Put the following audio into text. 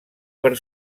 per